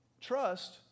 Trust